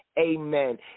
amen